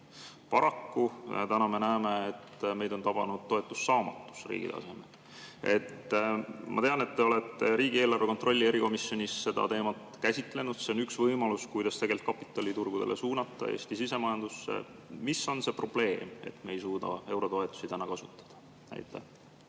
Täna me näeme, et meid on tabanud toetussaamatus riigi tasemel. Ma tean, et te olete riigieelarve kontrolli erikomisjonis seda teemat käsitlenud. See on üks võimalus, kuidas tegelikult kapitali turgudele suunata, Eesti sisemajandusse. Milles on probleem, et me ei suuda eurotoetusi kasutada? Aitäh,